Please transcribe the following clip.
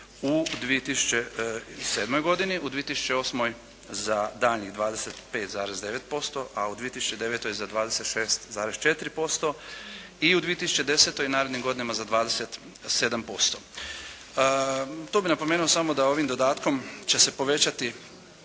u 2007. godini. U 2008. za daljnjih 25,9% a u 2009. za 26,4% i u 2010. i u narednim godinama za 27%. Tu bi napomenuo samo da ovim dodatkom će se povećati